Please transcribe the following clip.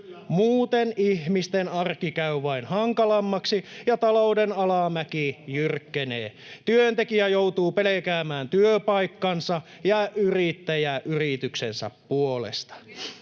Muuten ihmisten arki käy vain hankalammaksi ja talouden alamäki jyrkkenee. Työntekijä joutuu pelkäämään työpaikkansa ja yrittäjä yrityksensä puolesta.